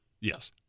Yes